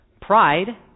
Pride